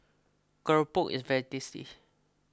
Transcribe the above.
Keropok is very tasty